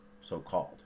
so-called